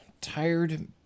tired